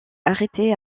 arrêtée